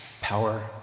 power